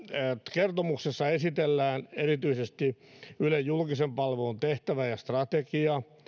kertomuksessa esitellään erityisesti ylen julkisen palvelun tehtävä ja strategia